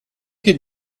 could